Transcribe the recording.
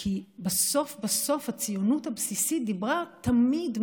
כי בסוף בסוף הציונות הבסיסית דיברה תמיד,